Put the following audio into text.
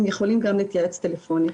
הם יכולים גם להתייעץ טלפונית.